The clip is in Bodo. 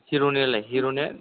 हिर'नियालाय हिर'ना